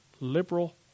liberal